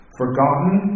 forgotten